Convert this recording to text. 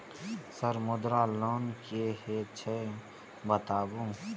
Sir Mudra loan की हे छे बताबू?